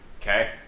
Okay